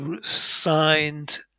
signed